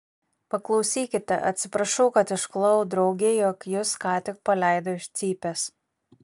paklausykite atsiprašau kad išklojau draugei jog jus ką tik paleido iš cypės